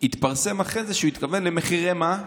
התפרסם אחרי זה שהוא התכוון למחירי, מה?